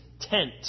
tent